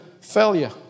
failure